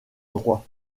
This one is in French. droit